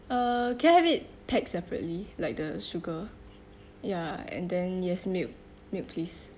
uh can I have it packed separately like the sugar ya and then yes milk milk please